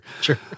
Sure